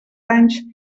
anys